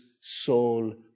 soul